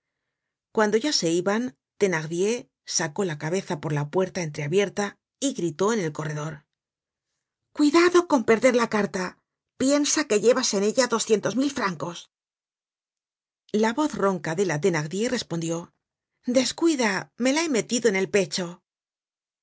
cuando ya se iban thenardier sacó la cabeza por la puerta entreabierta y gritó en el corredor cuidado con perder la carta piensa que llevas en ella doscientos mil francos content from google book search generated at la voz ronca de la thenardier respondió descuida me la he metido en el pecho